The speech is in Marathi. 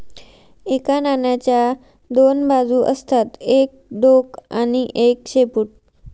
एका नाण्याच्या दोन बाजू असतात एक डोक आणि एक शेपूट